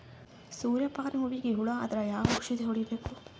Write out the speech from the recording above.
ಸೂರ್ಯ ಪಾನ ಹೂವಿಗೆ ಹುಳ ಆದ್ರ ಯಾವ ಔಷದ ಹೊಡಿಬೇಕು?